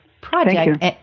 Project